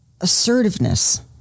assertiveness